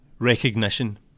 Recognition